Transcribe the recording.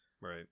Right